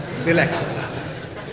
Relax